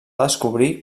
descobrir